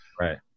Right